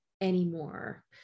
anymore